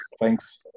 Thanks